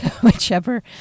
Whichever